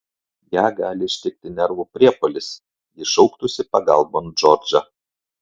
ją gali ištikti nervų priepuolis ji šauktųsi pagalbon džordžą